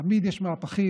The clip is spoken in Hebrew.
תמיד יש מהפכים,